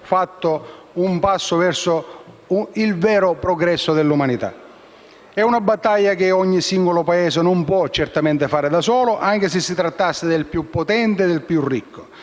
fatto un passo verso il vero progresso dell'umanità. È una battaglia che ogni singolo Paese non può fare da solo, anche se si trattasse del più potente e ricco.